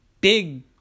big